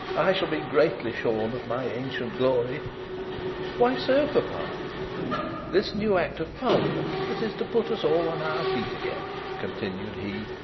i shall be greatly shorn of my ancient glory why so, papa this new act of parliament, that is to put us all on our feet again continued he,